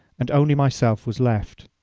and only myself was left.